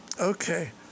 okay